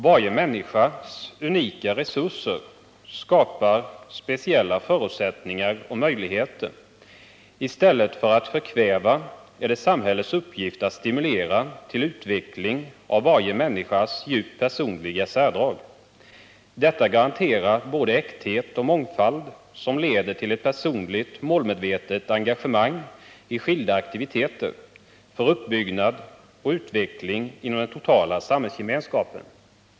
Varje människas unika resurser skapar speciella förutsättningar och möjligheter. I stället för att förkväva är det samhällets uppgift att stimulera till utveckling av varje människas djupt personliga särdrag. Detta garanterar både äkthet och mångfald, som leder till ett personligt målmedvetet engagemang i skilda aktiviteter för uppbyggnad och utveckling inom den totala samhällsgemenskapen.